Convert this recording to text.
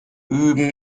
üben